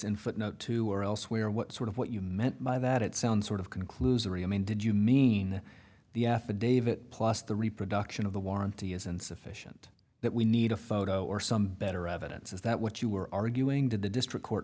in footnote two or elsewhere what sort of what you meant by that it sounds sort of conclusory i mean did you mean the affidavit plus the reproduction of the warranty is insufficient that we need a photo or some better evidence is that what you were arguing to the district court